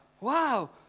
wow